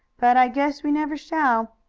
but i guess we never shall.